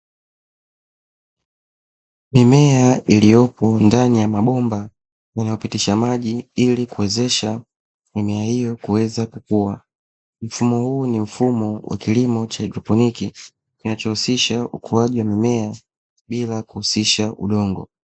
Mimea iliyopo ndani ya mabomba inayopitisha maji ili kuwezesha mimea hiyo kuweza kukua, mfumo huu ni mfumo wa kilimo cha haidroponi kinachohusisha ukuaji wa mimea bila kuhusisha udongo.